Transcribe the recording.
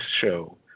show